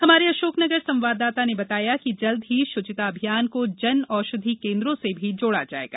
हमारे अशोकनगर संवाददाता ने बताया कि जल्दी ही शुचिता अभियान को जन औषधि केन्द्रों से भी जोड़ा जायेगा